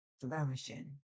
flourishing